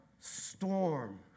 storm